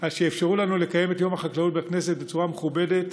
על שאפשרו לנו לקיים את יום החקלאות בכנסת בצורה מכובדת,